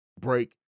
break